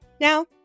Now